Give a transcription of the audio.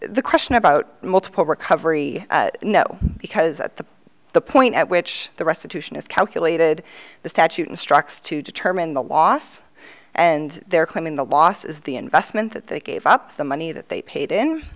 the question about multiple recovery no because at the the point at which the restitution is calculated the statute instructs to determine the loss and they're claiming the loss is the investment that they gave up the money that they paid